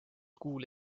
kuul